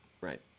Right